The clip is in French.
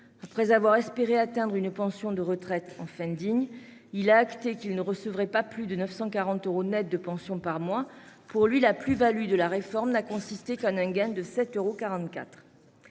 Après avoir espéré atteindre une pension de retraite enfin digne, il a acté qu'il ne recevrait pas plus de 940 euros net de pension par mois. Pour lui, la plus-value de la réforme s'est limitée à un gain de 7,44 euros